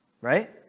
right